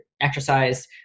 exercise